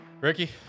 ricky